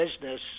business